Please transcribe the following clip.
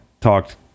talked